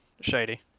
Shady